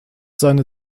seine